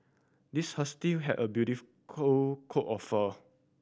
this husky had a coat of fur